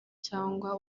cyangwa